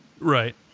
Right